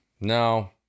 No